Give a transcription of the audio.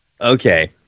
Okay